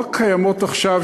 לא אלה הקיימות עכשיו,